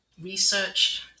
research